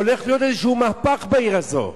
הולך להיות איזשהו מהפך בעיר הזאת.